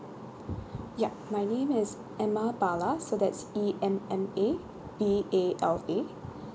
yup my name is emma bala so that's E M M A B A L A